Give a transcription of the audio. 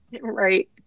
Right